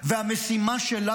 והמשימה שלנו,